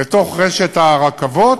לרשת הרכבות,